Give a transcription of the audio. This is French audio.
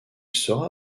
sera